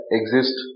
exist